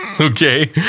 Okay